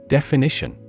Definition